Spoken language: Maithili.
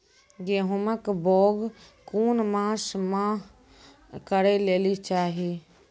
गेहूँमक बौग कून मांस मअ करै लेली चाही?